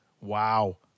Wow